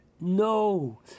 no